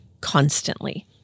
constantly